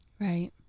Right